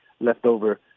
leftover